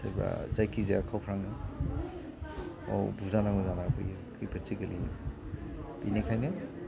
सोरबा जायखि जाया खावफ्रांङो बेयाव बुजानांगौ जानानै फैयो खैफोदसो गोग्लैयो बेनिखायनो